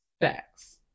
facts